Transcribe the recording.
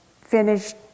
finished